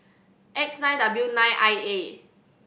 X nine W nine I A